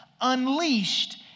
unleashed